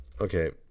Okay